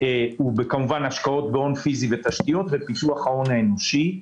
הוא בהשקעות בהון פיזי ותשתיות ופיתוח ההון האנושי.